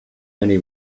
only